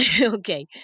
Okay